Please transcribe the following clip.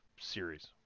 series